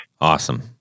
Awesome